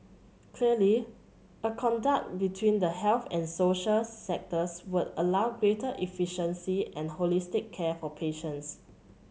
clearly a conduct between the health and social sectors would allow greater efficiency and holistic care for patients